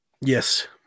Yes